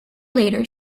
later